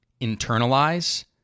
internalize